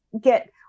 get